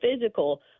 physical